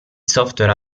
software